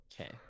Okay